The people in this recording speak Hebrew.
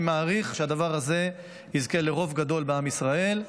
אני מעריך שהדבר הזה יזכה לרוב גדול בעם ישראל,